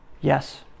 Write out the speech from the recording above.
Yes